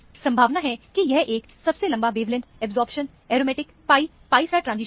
संभावना है कि यह एक सबसे लंबा wavelength absorbing aromatic pi pi transition है